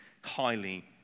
highly